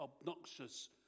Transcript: obnoxious